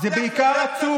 זה בעיקר עצוב,